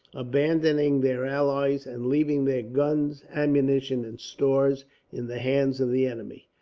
abandoning their allies and leaving their guns, ammunition, and stores in the hands of the enemy.